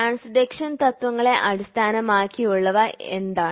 transduction തത്വങ്ങളെ അടിസ്ഥാനമാക്കിയുള്ളവ എന്താണ്